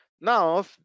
now